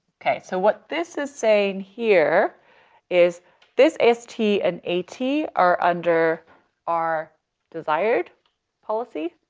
okay. so what this is saying here is this s t and a t are under our desired policy.